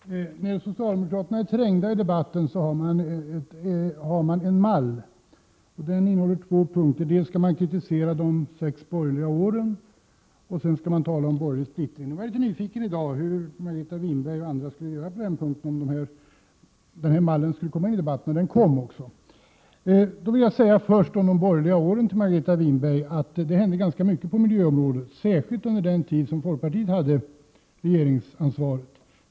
Herr talman! När socialdemokraterna är trängda i debatten har de en mall, som innehåller två punkter: först skall man kritisera de sex borgerliga regeringsåren, och sedan skall man tala om borgerlig splittring. Jag var litet nyfiken på hur Margareta Winberg och andra skulle göra i dag på den punkten, om den här mallen skulle komma till användning i debatten, och den kom också. Då vill jag först säga till Margareta Winberg om de borgerliga åren att då hände det ganska mycket på miljöområdet, särskilt när folkpartiet hade regeringsansvaret.